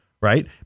right